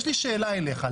יש לי שאלה אליך.